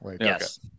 Yes